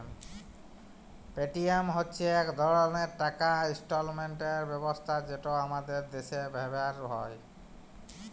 Paytm হছে ইক ধরলের টাকা ইস্থালাল্তরের ব্যবস্থা যেট আমাদের দ্যাশে ব্যাভার হ্যয়